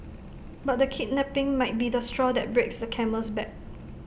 but the kidnapping might be the straw that breaks the camel's back